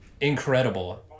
Incredible